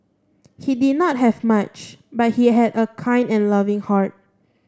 he did not have much but he had a kind and loving heart